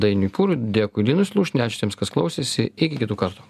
dainiui pūrui dėkui linui slušniui ačiū tiems kas klausėsi iki kitų kartų